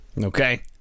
Okay